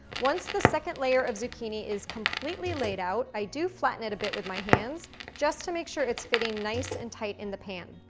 once the second layer of zucchini is completely laid out, i do flatten it a bit with my hands just to make sure it's fitting nice and tight in the pan.